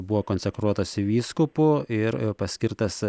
buvo konsekruotas vyskupu ir paskirtas